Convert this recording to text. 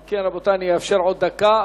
אם כן, רבותי, אני אאפשר עוד דקה.